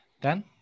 Dan